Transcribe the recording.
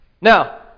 Now